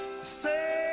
Say